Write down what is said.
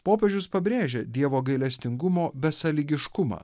popiežius pabrėžia dievo gailestingumo besąlygiškumą